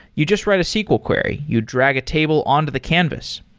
you just write a sql query. you drag a table on to the canvas.